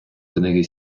книги